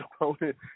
opponent